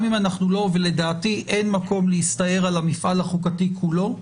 לדעתי אין מקום להסתער על המפעל החוקתי כולו,